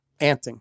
Anting